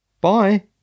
Bye